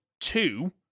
two